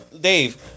Dave